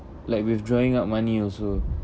like withdrawing up money also